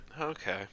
Okay